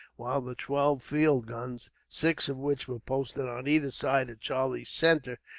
while the twelve field guns, six of which were posted on either side of charlie's centre,